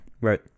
Right